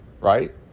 right